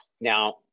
Now